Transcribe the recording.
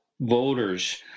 voters